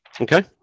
okay